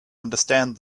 understand